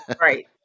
Right